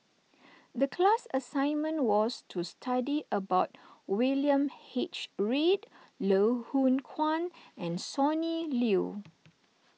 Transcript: the class assignment was to study about William H Read Loh Hoong Kwan and Sonny Liew